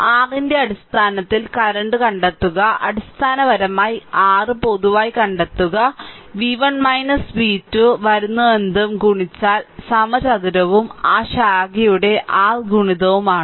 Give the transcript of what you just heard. r ന്റെ അടിസ്ഥാനത്തിൽ current കണ്ടെത്തുക അടിസ്ഥാനപരമായി r പൊതുവായി കണ്ടെത്തുക v1 v2 വരുന്നതെന്തും ഗുണിച്ചാൽ സമചതുരവും ആ ശാഖയുടെ r ഗുണിതവുമാണ്